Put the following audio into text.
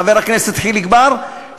חבר הכנסת חיליק בר,